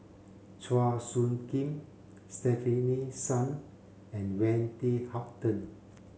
Chua Soo Khim Stefanie Sun and Wendy Hutton